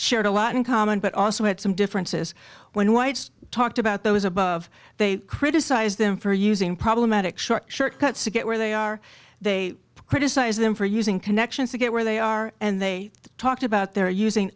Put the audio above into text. shared a lot in common but also had some differences when whites talked about those above they criticize them for using problematic short short cuts to get where they are they criticize them for using connections to get where they are and they talked about their using